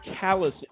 callous